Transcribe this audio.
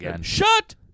Shut